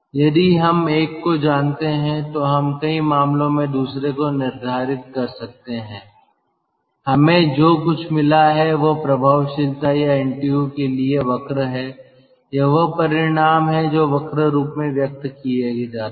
यदि हम एक को जानते हैं तो हम कई मामलों में दूसरे को निर्धारित कर सकते हैं कि हमें जो कुछ मिला है वह प्रभावशीलता या एनटीयू के लिए वक्र हैं यह वह परिणाम हैं जो वक्र रूप में व्यक्त किए जाते हैं